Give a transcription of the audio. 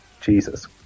Jesus